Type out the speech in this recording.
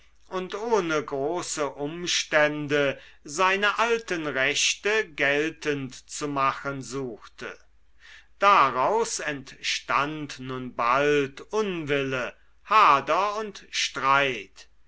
und ohne große umstände seine alten rechte geltend zu machen suchte daraus entstand nun bald unwille hader und streit